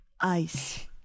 ice